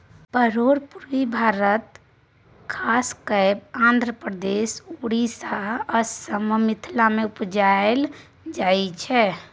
परोर पुर्वी भारत खास कय आंध्रप्रदेश, उड़ीसा, बंगाल, असम आ मिथिला मे उपजाएल जाइ छै